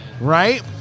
right